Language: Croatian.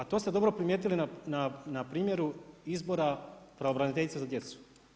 A to ste dobro primijetili na primjeru izbora pravobraniteljice za djecu.